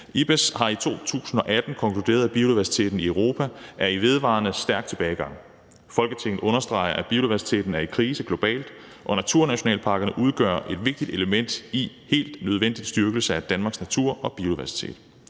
(IPBES) har i 2018 konkluderet, at biodiversiteten i Europa er i vedvarende, stærk tilbagegang. Folketinget understreger, at biodiversiteten er i krise globalt og naturnationalparkerne udgør et vigtigt element i en helt nødvendig styrkelse af Danmarks natur og biodiversitet.